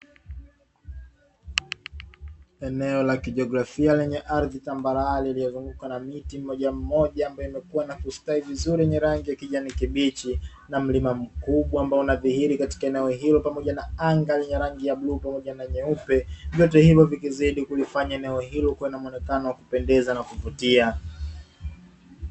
Eneo la kijiografia lenye ardhi tambarare lililozungukwa na miti mmoja mmoja ambayo imekua na kustawi kwa rangi ya kijani kibichi, na mlima mkubwa ambao unadhihiri katika eneo hilo pamoja na anga lenye rangi ya bluu pamoja na nyeupe, vyote hivyo vikizidi kulifanya eneo hilo kuwa na muonekano wa kupendeza na kuvutia.